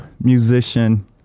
musician